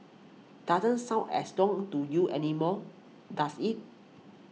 doesn't sound as long to you anymore does it